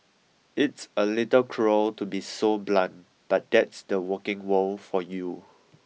it's a little cruel to be so blunt but that's the working world for you